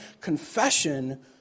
confession